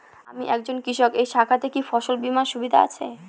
আমি একজন কৃষক এই শাখাতে কি ফসল বীমার সুবিধা আছে?